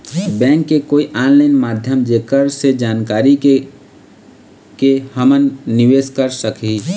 Bank के कोई online माध्यम जेकर से जानकारी के के हमन निवेस कर सकही?